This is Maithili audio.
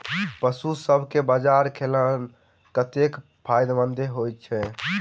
पशुसभ केँ बाजरा खिलानै कतेक फायदेमंद होइ छै?